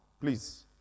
please